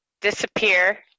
disappear